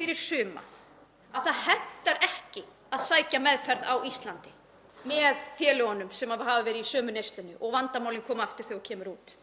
fyrir suma að það hentar ekki að sækja meðferð á Íslandi með félögunum sem hafa verið í sömu neyslunni og vandamálin koma aftur þegar þú kemur út.